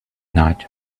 night